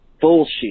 bullshit